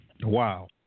Wow